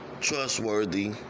trustworthy